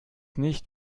nicht